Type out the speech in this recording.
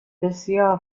بسیار